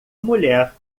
mulher